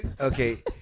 okay